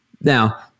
Now